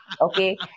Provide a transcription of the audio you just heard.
okay